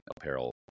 apparel